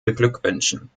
beglückwünschen